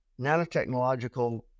nanotechnological